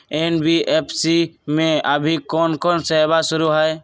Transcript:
NBFC में अभी कोन कोन सेवा शुरु हई?